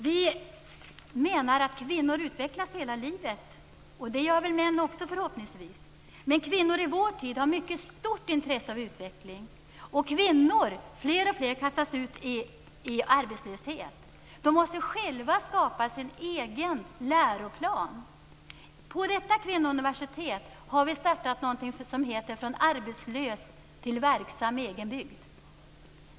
Vi menar att kvinnor utvecklas hela livet. Det gör väl förhoppningsvis män också. Men kvinnor i vår tid har mycket stort intresse av utveckling. Fler och fler kvinnor kastas ut i arbetslöshet. De måste själva skapa sin egen läroplan. På detta kvinnouniversitet har vi startat någonting som heter Från arbetslös till verksam i egen bygd.